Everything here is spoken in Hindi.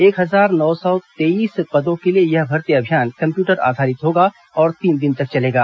एक हजार नौ सौ तेइस पदों के लिए यह भर्ती अभियान कम्प्यूटर आधारित होगा और तीन दिन तक चलेगा